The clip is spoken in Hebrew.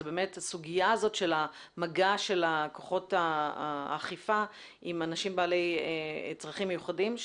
זה סוגיית המגע של כוחות האכיפה עם אנשים בעלי צרכים מיוחדים.